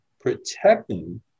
protecting